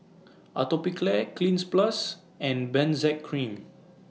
Atopiclair Cleanz Plus and Benzac Cream